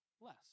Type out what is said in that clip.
less